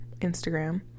Instagram